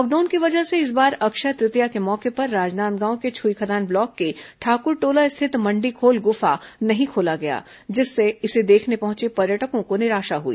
lockdown की वजह से इस बार अक्षय तृतीया के मौके पर राजनांदगांव के छुईखदान ब्लॉक के ठाकुरटोला स्थित मंडीखोल गुफा नहीं खोला गया जिससे इसे देखने पहुंचे पर्यटकों को निराशा हुई